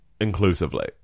Inclusively